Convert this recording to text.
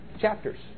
chapters